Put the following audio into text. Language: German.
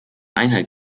einhalt